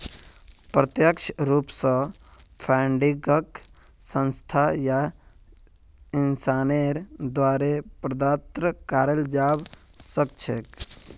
प्रत्यक्ष रूप स फंडिंगक संस्था या इंसानेर द्वारे प्रदत्त कराल जबा सख छेक